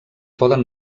poden